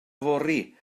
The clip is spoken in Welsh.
fory